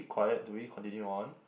quiet do we continue on